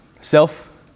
self